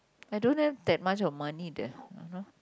I don't have that much of money there (uh huh)